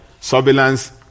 surveillance